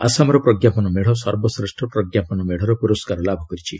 ଆସାମର ପ୍ରଜ୍ଞାପନ ମେଡ଼ ସର୍ବଶ୍ରେଷ୍ଠ ପ୍ରଜ୍ଞାପନ ମେଡ଼ର ପୁରସ୍କାର ଲାଭ କରିଛି